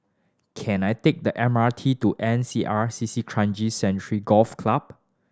can I take the M R T to N C R C C Kranji Sanctuary Golf Club